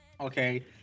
Okay